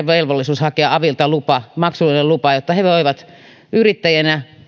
velvollisuus hakea avilta lupa maksullinen lupa jotta he voivat yrittäjinä